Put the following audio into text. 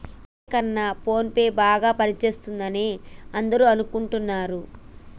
Google Pay కన్నా PhonePe ల బాగా పనిచేస్తుందని అందరూ అనుకుంటున్నారు